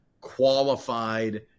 qualified